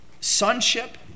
sonship